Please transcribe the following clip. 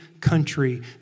country